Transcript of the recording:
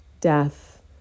death